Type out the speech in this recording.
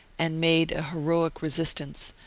and made a heroic resistance,